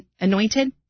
anointed